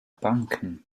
banken